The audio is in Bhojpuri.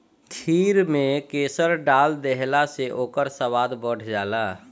खीर में केसर डाल देहला से ओकर स्वाद बढ़ जाला